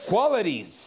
Qualities